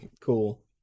cool